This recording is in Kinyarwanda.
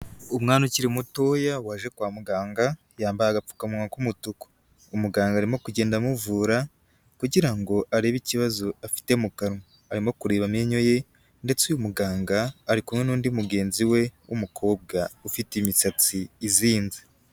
Umwana ukiri mutoya waje kwa muganga, yambaye agapfukamunwa k'umutuku. Umuganga arimo kugenda amuvura kugira ngo arebe ikibazo afite mu kanwa. Arimo kureba amenyo ye, ndetse uyu muganga ari kumwe n'undi mugenzi we w'umukobwa ufite imisatsi izinze.